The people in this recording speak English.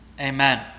Amen